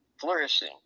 flourishing